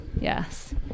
yes